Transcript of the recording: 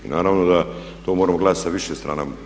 Naravno da to moramo gledati sa više strana.